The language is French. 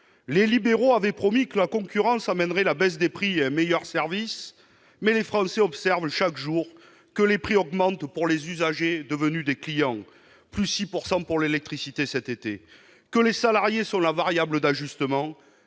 Les libéraux avaient promis que la concurrence conduirait à une baisse des prix et à un meilleur service. Or les Français observent chaque jour que les prix augmentent pour les usagers devenus des clients- 6 % pour l'électricité l'été prochain -, que les salariés sont la variable d'ajustement